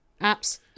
Apps